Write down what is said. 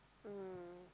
mm